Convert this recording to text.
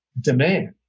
demand